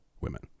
women